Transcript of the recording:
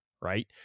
right